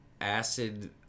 Acid